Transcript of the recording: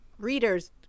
readers